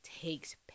takes